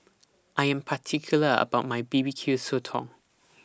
I Am particular about My B B Q Sotong